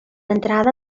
entrada